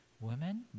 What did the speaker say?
women